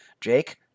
Jake